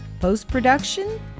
Post-production